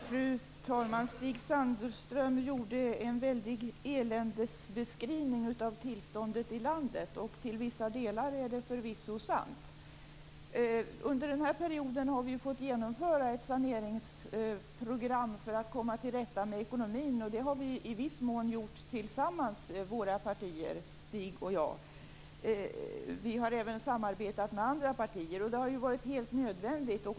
Fru talman! Stig Sandström gjorde en väldig eländesbeskrivning av tillståndet i landet, och till vissa delar stämmer den förvisso. Under den här perioden har vi ju fått genomföra ett saneringsprogram för att komma till rätta med ekonomin, och det har Stigs och mitt parti i viss mån gjort tillsammans. Vi har även samarbetat med andra partier, vilket har varit helt nödvändigt.